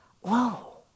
whoa